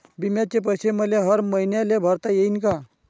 बिम्याचे पैसे मले हर मईन्याले भरता येईन का?